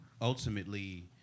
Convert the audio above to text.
ultimately